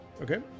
Okay